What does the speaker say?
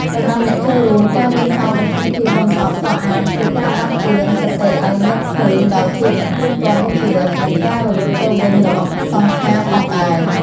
សម្រាប់អ្នកចូលរួម ការយំសោកនៅក្នុងពិធីបុណ្យសពក៏អាចជាការដាស់តឿនសតិឱ្យនឹកឃើញដល់ភាពមិនទៀងទាត់នៃជីវិត និងការរលត់ទៅវិញរបស់សង្ខារផងដែរ។